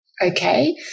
Okay